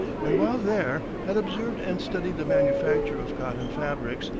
and while there had observed and studied the manufacture of cotton fabrics,